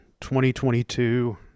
2022